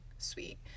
sweet